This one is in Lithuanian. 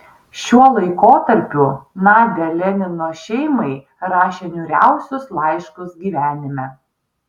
šiuo laikotarpiu nadia lenino šeimai rašė niūriausius laiškus gyvenime